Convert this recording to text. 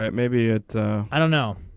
but maybe at the i don't know.